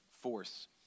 force